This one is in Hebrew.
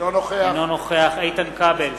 אינו נוכח איתן כבל,